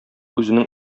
үзенең